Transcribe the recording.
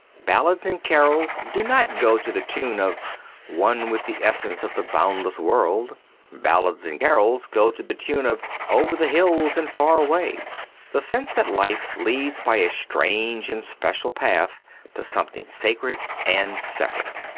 ballads and carols do not go to the tune of one with the essence of the boundless world ballads and carols go to the tune of over the hills and far away the sense that life leads by a strange and special path to something sacred and separate.